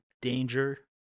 danger